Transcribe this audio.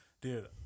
dude